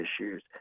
issues